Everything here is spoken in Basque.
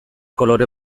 kolore